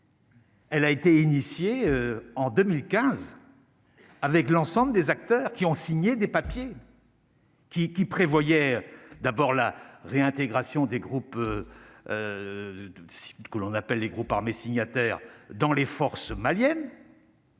Elle a été initiée en 2015. Avec l'ensemble des acteurs qui ont signé des papiers. Qui, qui prévoyait d'abord la réintégration des groupes que l'on appelle les groupes armés signataires dans les forces maliennes.